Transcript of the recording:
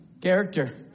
Character